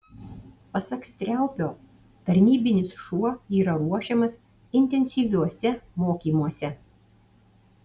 pasak striaupio tarnybinis šuo yra ruošiamas intensyviuose mokymuose